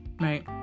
right